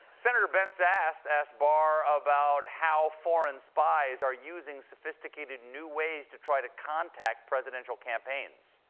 senator ben sasse asked asked barr about how foreign spies are using sophisticated new ways to try to contact presidential campaigns.